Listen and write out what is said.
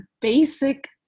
basic